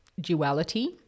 duality